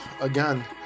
again